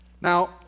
Now